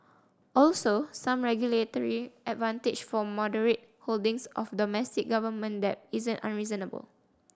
also some regulatory advantage for moderate holdings of domestic government debt isn't unreasonable